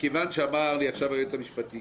כיוון שאמר לי עכשיו היועץ המשפטי